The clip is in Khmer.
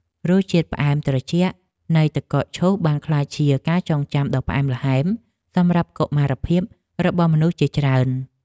រសជាតិផ្អែមត្រជាក់នៃទឹកកកឈូសបានក្លាយជាការចងចាំដ៏ផ្អែមល្ហែមសម្រាប់កុមារភាពរបស់មនុស្សជាច្រើន។